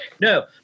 no